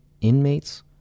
inmates